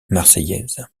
marseillaise